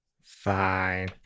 Fine